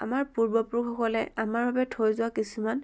আমাৰ পূৰ্বপুৰুষসকলে আমাৰ বাবে থৈ যোৱা কিছুমান